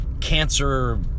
Cancer